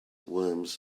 worms